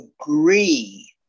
agree